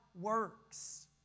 works